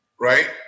right